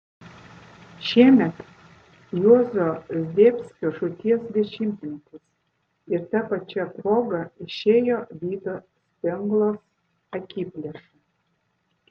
šiemet juozo zdebskio žūties dešimtmetis ir ta pačia proga išėjo vido spenglos akiplėša